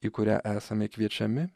į kurią esame kviečiami